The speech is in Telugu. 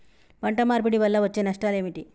పంట మార్పిడి వల్ల వచ్చే నష్టాలు ఏమిటి?